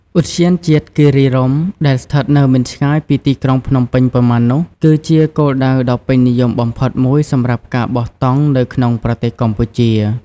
ឧទ្យានជាតិគិរីរម្យ ដែលស្ថិតនៅមិនឆ្ងាយពីទីក្រុងភ្នំពេញប៉ុន្មាននោះ គឺជាគោលដៅដ៏ពេញនិយមបំផុតមួយសម្រាប់ការបោះតង់នៅក្នុងប្រទេសកម្ពុជា។